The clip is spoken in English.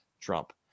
Trump